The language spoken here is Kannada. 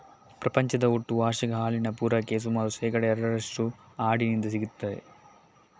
ಪ್ರಪಂಚದ ಒಟ್ಟು ವಾರ್ಷಿಕ ಹಾಲಿನ ಪೂರೈಕೆಯ ಸುಮಾರು ಶೇಕಡಾ ಎರಡರಷ್ಟು ಆಡಿನಿಂದ ಸಿಗ್ತದೆ